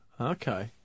Okay